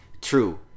true